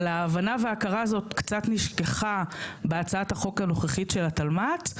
אבל ההבנה וההכרה הזאת קצת נשכחו בהצעת החוק הנוכחית של התלמ"ת.